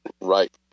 Right